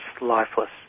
lifeless